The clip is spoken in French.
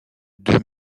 deux